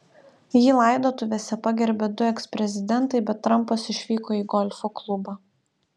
jį laidotuvėse pagerbė du eksprezidentai bet trampas išvyko į golfo klubą